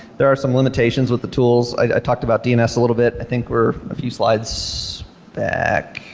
there are some limitations with the tools. i talked about dns a little bit. i think we're a few slides back.